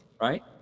right